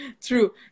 true